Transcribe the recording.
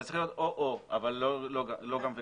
זה צריך להיות או או אבל לא גם וגם.